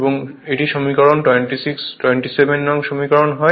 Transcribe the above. এবং এটি 27নং সমীকরণ হয়